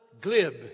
glib